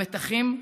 המתחים,